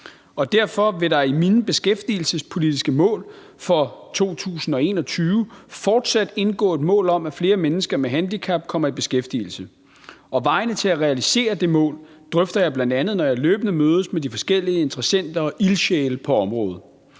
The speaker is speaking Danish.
og derfor vil der i mine beskæftigelsesmæssige mål for 2021 fortsat indgå et mål om, at flere mennesker med handicap kommer i beskæftigelse. Og vejene til at realisere det mål drøfter jeg, når jeg bl.a. mødes med de forskellige interessenter og ildsjæle på området.